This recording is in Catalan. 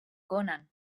conan